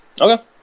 Okay